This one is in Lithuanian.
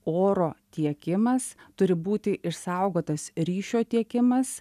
oro tiekimas turi būti išsaugotas ryšio tiekimas